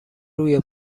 روی